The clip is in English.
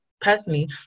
personally